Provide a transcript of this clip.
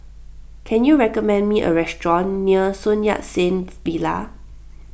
can you recommend me a restaurant near Sun Yat Sen Villa